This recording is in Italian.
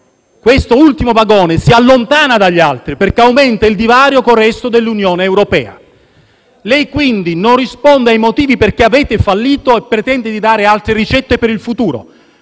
questo ultimo vagone si allontana dagli altri, perché aumenta il divario con il resto dell'Unione europea. Lei, quindi, non risponde sui motivi per cui avete fallito e pretende di dare altre ricette per il futuro.